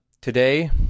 Today